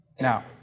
Now